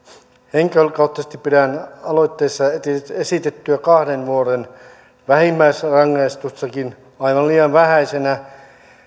henkilökohtaisesti pidän aloitteessa esitettyä kahden vuoden vähimmäisrangaistustakin aivan liian vähäisenä